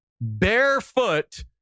barefoot